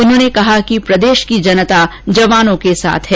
उन्होंने कहा कि प्रदेश की जनता जवानों के साथ है